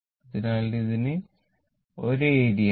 അതിനാൽ ഇതിന് ഒരേ ഏരിയ ആണ്